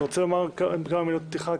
אתה רוצה לומר כמה מילות פתיחה,